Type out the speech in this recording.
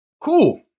Cool